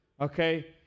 okay